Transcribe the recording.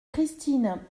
christine